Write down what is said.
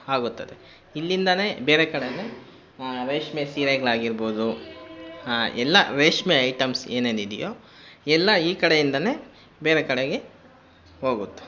ಆಗುತ್ತದೆ ಇಲ್ಲಿಂದನೇ ಬೇರೆ ಕಡೆಗೆ ರೇಷ್ಮೆ ಸೀರೆಗಳಾಗಿರ್ಬೋದು ಎಲ್ಲಾ ರೇಷ್ಮೆ ಐಟಮ್ಸ್ ಏನೇನಿದೆಯೋ ಎಲ್ಲ ಈ ಕಡೆಯಿಂದಾ ಬೇರೆ ಕಡೆಗೆ ಹೋಗುತ್ತೆ